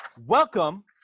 Welcome